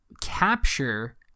capture